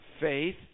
faith